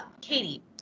Katie